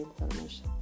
information